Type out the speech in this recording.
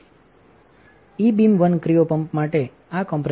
ઇ બીમ વનક્રિઓપંપમાટે આ કોમ્પ્રેસર છે